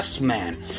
man